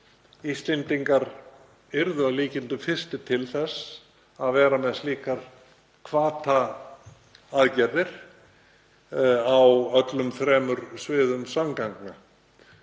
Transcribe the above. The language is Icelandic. Íslendingar yrðu að líkindum fyrstir til að vera með slíkar hvataaðgerðir á öllum þremur sviðum samgangna.